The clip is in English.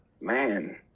man